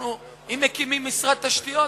אם מקימים משרד תשתיות,